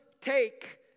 take